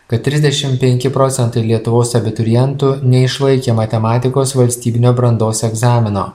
kad trisdešim penki procentai lietuvos abiturientų neišlaikė matematikos valstybinio brandos egzamino